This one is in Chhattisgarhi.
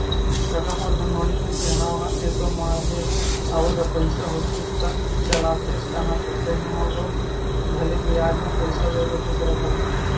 कका मोर घर नोनी के बिहाव ह एसो माड़हे हवय गा पइसा होतिस त चलातेस कांहत रेहे हंव गो भले बियाज म पइसा दे देतेस रे भई